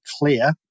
clear